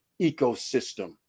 ecosystem